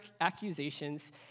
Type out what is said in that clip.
accusations